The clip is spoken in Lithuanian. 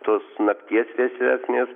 tos nakties vėsesnės